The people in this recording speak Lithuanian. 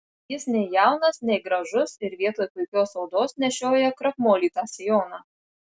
jis nei jaunas nei gražus ir vietoj puikios odos nešioja krakmolytą sijoną